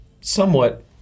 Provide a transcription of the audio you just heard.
somewhat